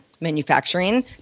manufacturing